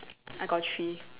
I got three